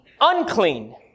unclean